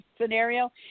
Scenario